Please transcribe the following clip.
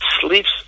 sleeps